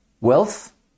wealth